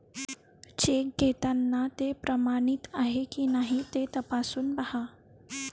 check घेताना ते प्रमाणित आहे की नाही ते तपासून पाहा